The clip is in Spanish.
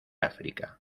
áfrica